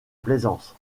plaisance